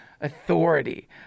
authority